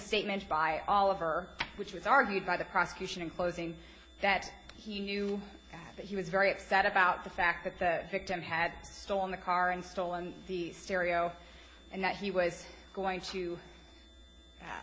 statement by all over which was argued by the prosecution in closing that he knew that he was very upset about the fact that the victim had stolen the car and stolen these stereo and that he was going to